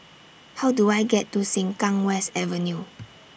How Do I get to Sengkang West Avenue